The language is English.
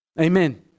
Amen